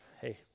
hey